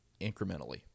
incrementally